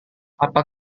apa